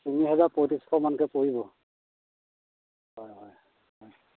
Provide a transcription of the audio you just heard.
তিনি হাজাৰ পয়ত্ৰিছশমানকৈ পৰিব হয় হয় হয়